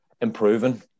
improving